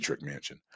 Mansion